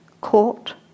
court